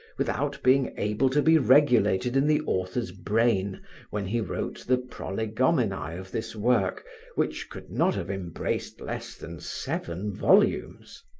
without being able to be regulated in the author's brain when he wrote the prolegomenae of this work which could not have embraced less than seven volumes.